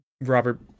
Robert